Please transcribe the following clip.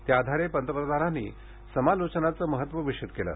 त्या आधारे पंतप्रधानांनी समालोचनाचं महत्व विशद केलं